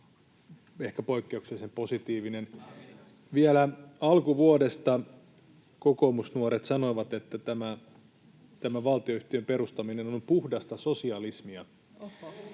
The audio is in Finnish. [Timo Heinonen: Harvinaista!] Vielä alkuvuodesta kokoomusnuoret sanoivat, että tämä valtionyhtiön perustaminen on puhdasta sosialismia.